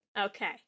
Okay